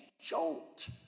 jolt